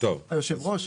מחליטים עכשיו.